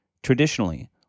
Traditionally